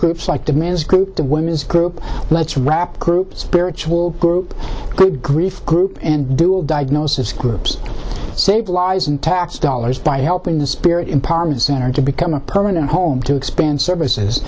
groups like demands the women's group lets rap group spiritual group grief group and dual diagnosis groups save lives and tax dollars by helping the spirit empowerment center to become a permanent home to expand services